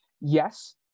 yes